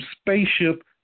spaceship